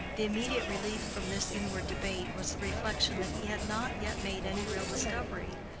the immediate relief from this inward debate was the reflection that he had not yet made any real discovery,